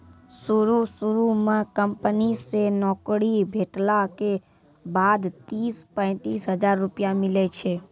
शुरू शुरू म कंपनी से नौकरी भेटला के बाद तीस पैंतीस हजार रुपिया मिलै छै